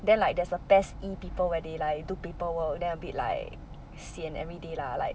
then like there's a PES E people where they like do paperwork then abit like sian everyday lah like